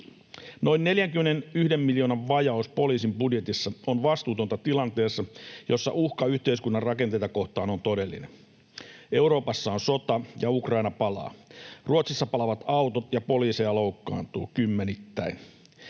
Noin 41 miljoonan vajaus poliisin budjetissa on vastuutonta tilanteessa, jossa uhka yhteiskunnan rakenteita kohtaan on todellinen. Euroopassa on sota ja Ukraina palaa. Ruotsissa palavat autot, ja poliiseja loukkaantuu kymmenittäin.